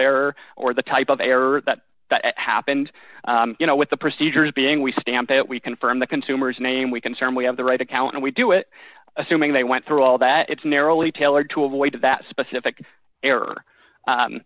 error or the type of error that happened you know with the procedures being we stamp it we confirm the consumers name we can certainly have the right account and we do it assuming they went through all that it's narrowly tailored to avoid that specific error